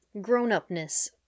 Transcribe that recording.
grown-upness